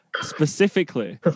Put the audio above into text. specifically